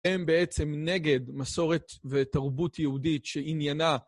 הם בעצם נגד מסורת ותרבות יהודית שעניינה